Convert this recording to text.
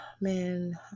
Man